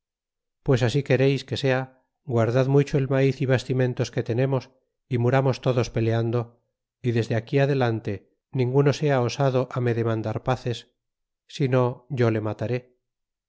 pues así quereis que sea guardad mucho el rnaiz y bastimentos que tenernos y muramos todos peleando y desde aquí adelante ninguno sea osado me deman dar paces si no yo le mataré